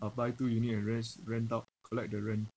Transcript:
I'll buy two unit rent out collect the rent